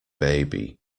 baby